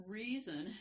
reason